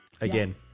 Again